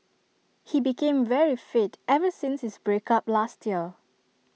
he became very fit ever since his break up last year